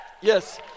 Yes